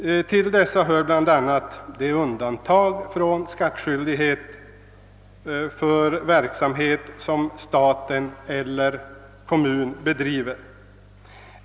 Till dessa hör bl.a. undantagen från skattskyldighet för verksamhet, som staten eller kommun bedriver.